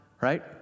right